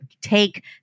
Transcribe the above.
take